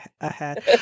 ahead